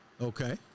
Okay